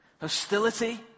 hostility